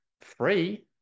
free